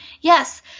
Yes